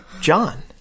John